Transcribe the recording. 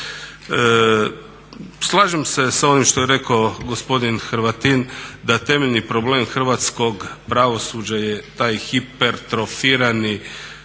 Slažem sa onim što je rekao gospodin Hrvatin da temeljni problem hrvatskog pravosuđa taj hipertrofirani